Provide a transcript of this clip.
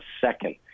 second